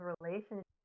relationship